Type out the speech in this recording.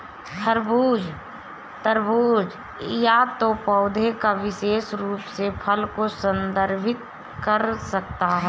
खरबूज, तरबूज या तो पौधे या विशेष रूप से फल को संदर्भित कर सकता है